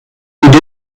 did